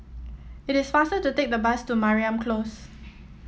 it is faster to take the bus to Mariam Close